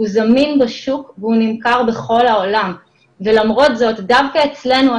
הוא זמין בשוק והוא נמכר בכל העולם ולמרות זאת דווקא אצלנו,